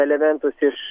elementus iš